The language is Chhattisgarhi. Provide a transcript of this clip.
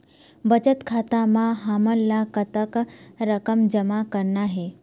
बचत खाता म हमन ला कतक रकम जमा करना हे?